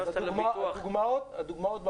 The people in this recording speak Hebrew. הדוגמאות בעולם,